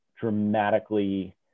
dramatically